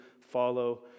follow